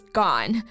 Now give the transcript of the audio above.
gone